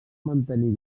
mantenir